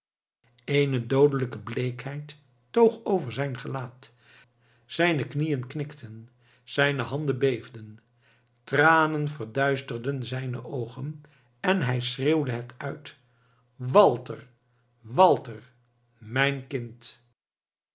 eene doodelijke bleekheid toog over zijn gelaat zijne knieën knikten zijne handen beefden tranen verduisterden zijne oogen en hij schreeuwde het uit walter walter mijn kind